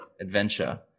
adventure